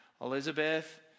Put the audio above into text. Elizabeth